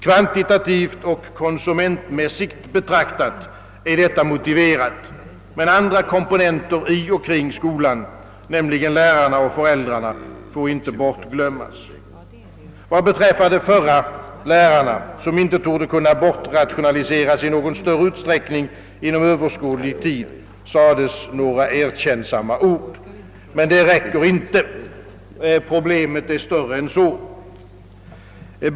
Kvantitativt och konsumentmässigt betraktat är detta motiverat, men andra komponenter i och kring skolan, nämligen lärarna och föräldrarna, får inte bortglömmas. Vad beträffar de förra, lärarna — som inte torde kunna bortrationaliseras i någon större utsträckning inom överskådlig tid — sades några erkännsamma ord. Men det räcker inte. Problemet är större än så.